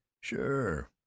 Sure